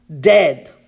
dead